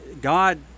God